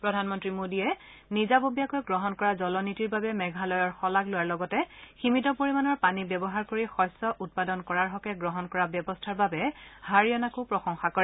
প্ৰধানমন্ত্ৰী মোদীয়ে নিজাববীয়াকৈ গ্ৰহণ কৰা জলনীতিৰ বাবে মেঘালয়ৰ শলাগ লোৱাৰ লগতে সীমিত পৰিমাণৰ পানী ব্যৱহাৰ কৰি শস্য উৎপাদন কৰাৰ হকে গ্ৰহণ কৰা ব্যৱস্থাৰ বাবে হাৰিয়ানাকো প্ৰশংসা কৰে